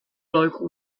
local